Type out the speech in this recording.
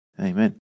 amen